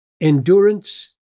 endurance